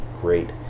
great